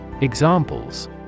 Examples